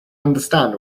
understand